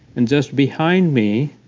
and just behind me,